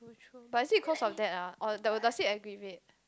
but is it cause of that lah or does does it aggravate